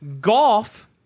Golf